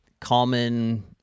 common